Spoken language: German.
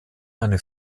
eine